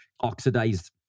oxidized